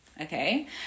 okay